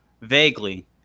Vaguely